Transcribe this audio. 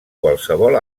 qualsevol